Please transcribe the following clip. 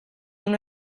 una